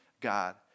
God